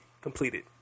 completed